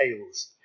tales